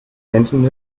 menschen